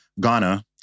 Ghana